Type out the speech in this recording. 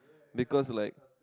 because like